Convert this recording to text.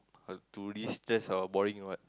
uh destress or boring or what